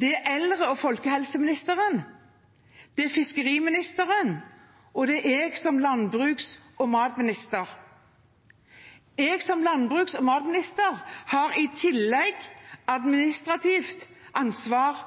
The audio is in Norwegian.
Det er eldre- og folkehelseministeren, det er fiskeriministeren, og det er jeg som landbruks- og matminister. Som landbruks- og matminister har jeg i tillegg administrativt ansvar